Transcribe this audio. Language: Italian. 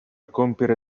compiere